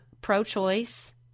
pro-choice